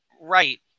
right